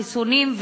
חיסונים,